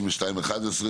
62(11),